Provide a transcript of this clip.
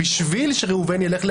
בשביל שראובן ילך להצביע.